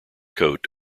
coat